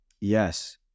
Yes